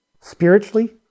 Spiritually